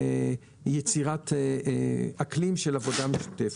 וביצירת אקלים של עבודה משותפת.